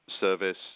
service